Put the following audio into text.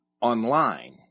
online